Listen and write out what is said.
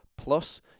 plus